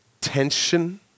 tension